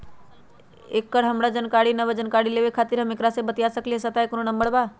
एकर हमरा जानकारी न बा जानकारी लेवे के खातिर हम केकरा से बातिया सकली ह सहायता के कोनो नंबर बा?